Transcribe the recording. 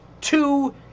two